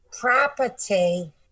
property